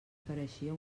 pareixia